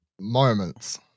moments